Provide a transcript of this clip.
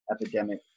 epidemic